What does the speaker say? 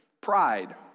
pride